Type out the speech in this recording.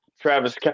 Travis